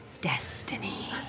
Destiny